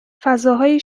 فضاهایی